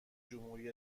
جمهوری